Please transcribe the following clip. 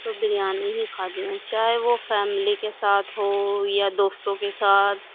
تو بریانی ہی کھاتی ہوں چاہے وہ فیملی کے ساتھ ہو یا دوستوں کے ساتھ